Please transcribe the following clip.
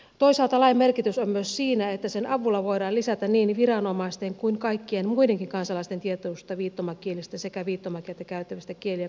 toisaalta lain merkitys on myös siinä että sen avulla voidaan lisätä niin viranomaisten kuin kaikkien muidenkin kansalaisten tietoutta viittomakielestä sekä viittomakieltä käyttävistä kieli ja kulttuuriryhmänä